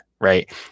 right